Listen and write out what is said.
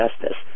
Justice